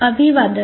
अभिवादन